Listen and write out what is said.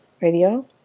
radio